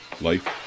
life